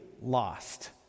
lost